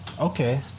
Okay